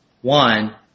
one